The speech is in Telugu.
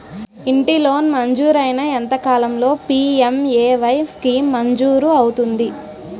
ఇంటి లోన్ మంజూరైన ఎంత కాలంలో పి.ఎం.ఎ.వై స్కీమ్ మంజూరు అవుతుంది?